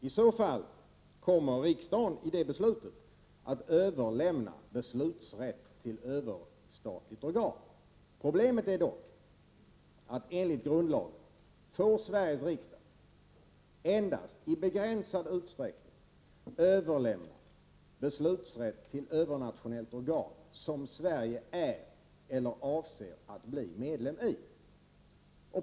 I så fall kommer riksdagen i sitt beslut om den överenskommelsen att överlämna beslutsrätt till överstatligt organ. Problemet blir då att enligt grundlagen får Sveriges riksdag endast i begränsad utsträckning överlämna beslutsrätt till övernationellt organ, som Sverige är eller avser att bli medlem i.